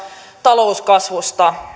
talouskasvusta